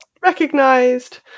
recognized